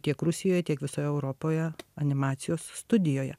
tiek rusijoj tiek visoj europoje animacijos studijoje